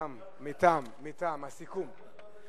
הסיכום מטעם, על משקל חנין.